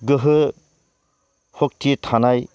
गोहो सक्ति थानाय